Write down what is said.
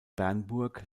bernburg